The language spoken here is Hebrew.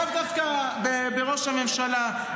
לאו דווקא בראש הממשלה,